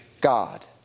God